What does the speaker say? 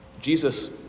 Jesus